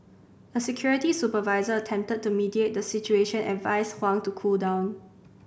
a security supervisor attempted to mediate the situation and advised Huang to cool down